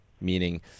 meaning